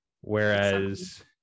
Whereas